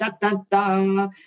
Da-da-da